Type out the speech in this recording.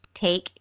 take